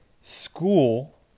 school